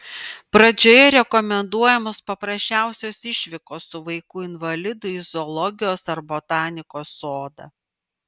pradžioje rekomenduojamos paprasčiausios išvykos su vaiku invalidu į zoologijos ar botanikos sodą